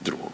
drugoga.